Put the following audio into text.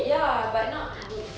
ya but not good